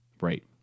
Right